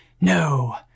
No